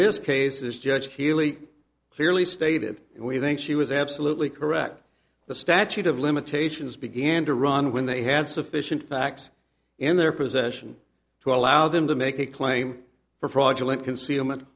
this case is judge healy clearly stated and we think she was absolutely correct the statute of limitations began to run when they had sufficient facts in their possession to allow them to make a claim for fraudulent concealment